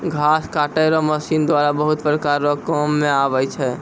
घास काटै रो मशीन द्वारा बहुत प्रकार रो काम मे आबै छै